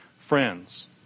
friends